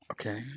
Okay